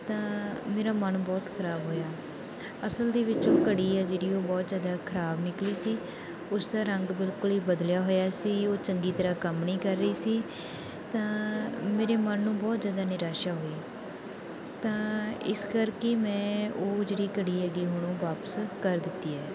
ਤਾਂ ਮੇਰਾ ਮਨ ਬਹੁਤ ਖਰਾਬ ਹੋਇਆ ਅਸਲ ਦੇ ਵਿੱਚ ਉਹ ਘੜੀ ਆ ਜਿਹੜੀ ਉਹ ਬਹੁਤ ਜ਼ਿਆਦਾ ਖਰਾਬ ਨਿੱਕਲੀ ਸੀ ਉਸਦਾ ਰੰਗ ਬਿਲਕੁਲ ਹੀ ਬਦਲਿਆ ਹੋਇਆ ਸੀ ਉਹ ਚੰਗੀ ਤਰ੍ਹਾਂ ਕੰਮ ਨਹੀਂ ਕਰ ਰਹੀ ਸੀ ਤਾਂ ਮੇਰੇ ਮਨ ਨੂੰ ਬਹੁਤ ਜ਼ਿਆਦਾ ਨਿਰਾਸ਼ਾ ਹੋਈ ਤਾਂ ਇਸ ਕਰਕੇ ਮੈਂ ਉਹ ਜਿਹੜੀ ਘੜੀ ਹੈਗੀ ਹੁਣ ਉਹ ਵਾਪਿਸ ਕਰ ਦਿੱਤੀ ਹੈ